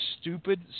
stupid